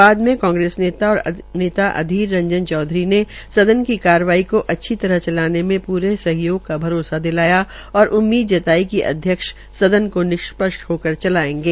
बाद में कांग्रेस नेता अधीर रंजन चौधरी ने सदन की कार्यवाही को अच्छी तरह चलाने में पुरे सहयोग का भरोसा दिलाया और उम्मीद जताई कि अध्यक्ष सदन को निष्पक्ष होकर चलायेंगे